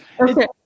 Okay